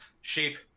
sheep